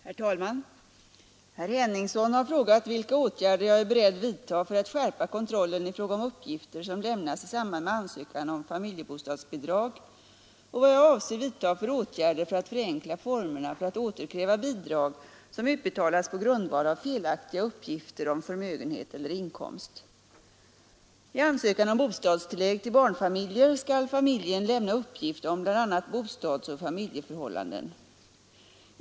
Herr talman! Herr Henningsson har frågat, vilka åtgärder jag är beredd vidta för att skärpa kontrollen i fråga om uppgifter som lämnas i samband med ansökan om familjebostadsbidrag och vad jag avser vidta för åtgärder för att förenkla formerna för att återkräva bidrag som utbetalats på grundval av felaktiga uppgifter om förmögenhet eller inkomst. I ansökan om bostadstillägg till barnfamiljer skall familjen lämna uppgift om bl.a. bostadsoch familjeförhållanden.